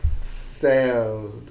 sound